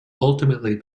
ultimately